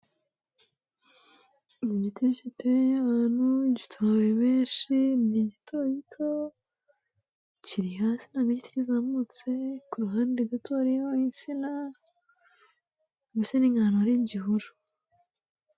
Mu giti giteye ahantu, gifite amababi menshi, ni gitogito, kiri hasi ntabwo ari igiti kizamutse, ku ruhande gato hariho insina, mbese ni nk'ahantu hari igihuru.